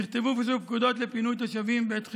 נכתבו ואושרו פקודות לפינוי תושבים בעת חירום.